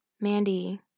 Mandy